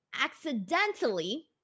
accidentally